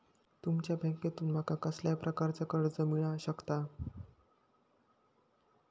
तुमच्या बँकेसून माका कसल्या प्रकारचा कर्ज मिला शकता?